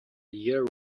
year